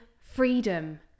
freedom